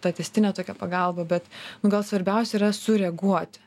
ta tęstine tokia pagalba bet nu gal svarbiausia yra sureaguoti